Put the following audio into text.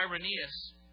Irenaeus